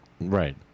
Right